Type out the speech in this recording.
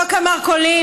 חוק המרכולים,